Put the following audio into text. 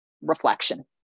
reflection